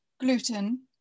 gluten